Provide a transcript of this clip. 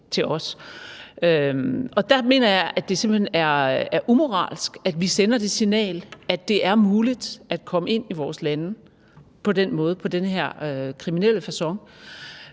hen er umoralsk, at vi sender det signal, at det er muligt at komme ind i vores lande på den måde, på